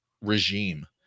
regime